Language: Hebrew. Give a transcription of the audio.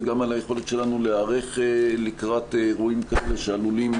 וגם על היכולת שלנו להיערך לקראת אירועים כאלה שעלולים,